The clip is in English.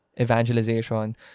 evangelization